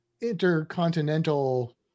intercontinental